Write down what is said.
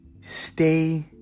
Stay